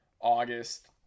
August